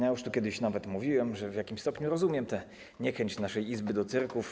Już tu kiedyś mówiłem, że w jakimś stopniu rozumiem tę niechęć naszej Izby do cyrku.